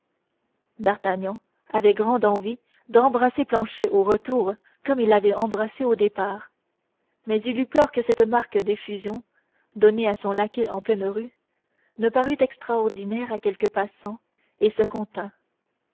d'artagnan avait grande envie d'embrasser planchet au retour comme il l'avait embrassé au départ mais il eut peur que cette marque d'effusion donnée à son laquais en pleine rue ne parût extraordinaire à quelque passant et il se contint